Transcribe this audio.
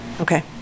Okay